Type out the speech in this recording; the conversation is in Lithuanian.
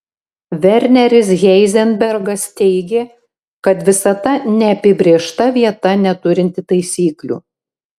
verneris heizenbergas teigė kad visata neapibrėžta vieta neturinti taisyklių